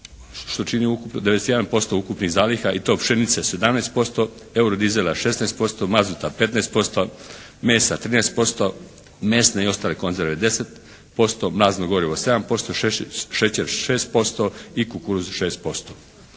što čini ukupno 91% ukupnih zaliha i to pšenice 17%, eurodizela 16%, mazuta 15%, mesa 13%, mesne i ostale konzerve 10%, mazno gorivo 7%, šećer 6% i kukuruz 6%.